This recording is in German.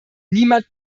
niemand